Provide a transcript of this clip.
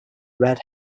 red